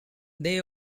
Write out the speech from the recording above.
they